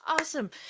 Awesome